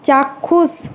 চাক্ষুষ